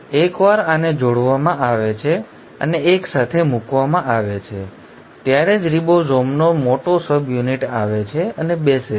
એકવાર આને જોડવામાં આવે છે અને એક સાથે મૂકવામાં આવે છે ત્યારે જ રિબોસોમનો મોટો સબયુનિટ આવે છે અને બેસે છે